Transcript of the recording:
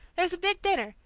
there's a big dinner,